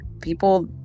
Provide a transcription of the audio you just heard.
people